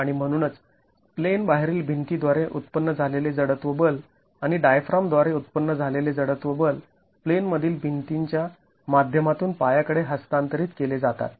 आणि म्हणूनच प्लेन बाहेरील भिंती द्वारे उत्पन्न झालेले जडत्व बल आणि डायफ्राम द्वारे उत्पन्न झालेले जडत्व बल प्लेन मधील भिंतीं च्या माध्यमातून पाया कडे हस्तांतरित केले जातात